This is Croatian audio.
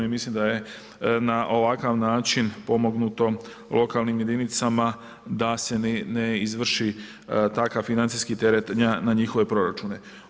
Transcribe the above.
Mislim da je na ovakav način pomognutoj lokalnim jedinicama, da se ne izvrši takav financijski teret na njihove proračune.